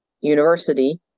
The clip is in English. university